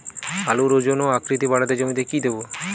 আলুর ওজন ও আকৃতি বাড়াতে জমিতে কি দেবো?